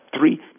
three